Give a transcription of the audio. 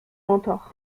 mentor